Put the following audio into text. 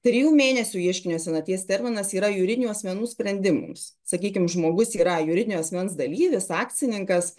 trijų mėnesių ieškinio senaties terminas yra juridinių asmenų sprendimams sakykim žmogus yra juridinio asmens dalyvis akcininkas